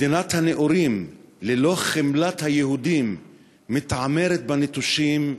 מדינת הנאורים ללא חמלת היהודים מתעמרת בנטושים,